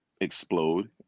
explode